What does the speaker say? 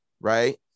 right